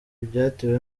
byatewe